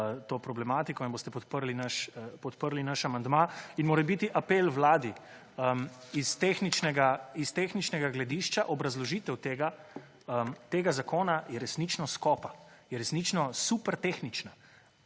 to problematiko in boste podprli naš amandma. Morebiti apel Vladi iz tehničnega gledišča obrazložitev tega zakona je resnično skopa, je resnično super tehnična.